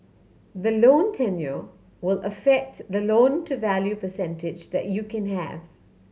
the loan tenure will affect the loan to value percentage that you can have